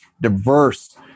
diverse